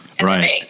Right